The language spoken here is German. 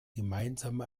gemeinsame